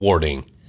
Warning